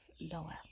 lower